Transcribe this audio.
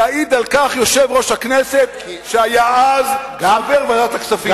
ויעיד על כך יושב-ראש הכנסת שהיה אז חבר ועדת הכספים.